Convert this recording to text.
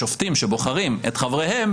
השופטים שבוחרים את חבריהם,